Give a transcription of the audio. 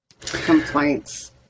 Complaints